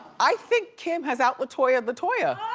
i think kim has out latoya latoya.